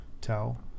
tell